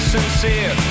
sincere